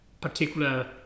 Particular